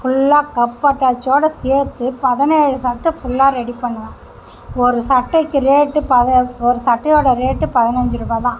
ஃபுல்லாக கப் அட்டாச்சோடு சேர்த்து பதினேழு சட்டை ஃபுல்லாக ரெடி பண்ணுவேன் ஒரு சட்டைக்கு ரேட்டு ஒரு சட்டையோட ரேட்டு பதினஞ்சு ரூபா தான்